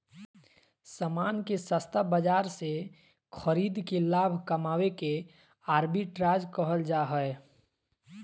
सामान के सस्ता बाजार से खरीद के लाभ कमावे के आर्बिट्राज कहल जा हय